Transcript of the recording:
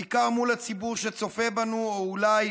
בעיקר מול הציבור שצופה בנו, או אולי